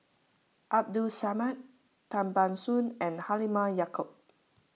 Abdul Samad Tan Ban Soon and Halimah Yacob